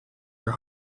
her